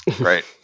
Right